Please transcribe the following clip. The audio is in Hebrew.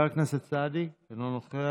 אינו נוכח.